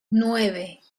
nueve